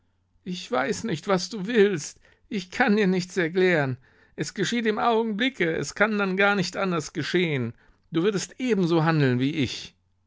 ich weiß nicht was du willst ich kann dir nichts erklären es geschieht im augenblicke es kann dann gar nicht anders geschehen du würdest ebenso handeln wie ich